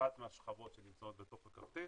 אחת מהשכבות שנמצאות בתוך הכרטיס,